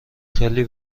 خیلی